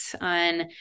on